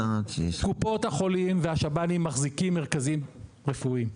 קופות החולים והשב"נים מחזיקים מרכזים רפואיים.